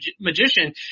magician